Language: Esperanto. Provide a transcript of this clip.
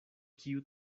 kiu